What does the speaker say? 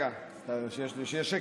שיהיה שקט.